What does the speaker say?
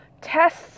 tests